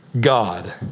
God